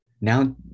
Now